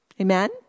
Amen